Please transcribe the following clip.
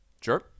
Sure